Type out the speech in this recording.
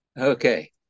Okay